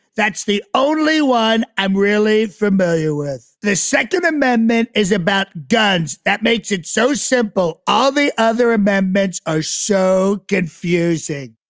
that's the only one i'm really familiar with. the second amendment is about duds. does that makes it so simple? all the other bad bets are so good fusing.